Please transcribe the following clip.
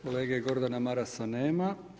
Kolege Gordana Marasa nema.